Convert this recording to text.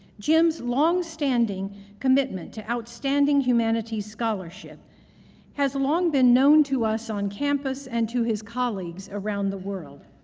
jim's long-standing commitment to outstanding humanities scholarship has long been known to us on campus and to his colleagues around the world.